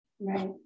Right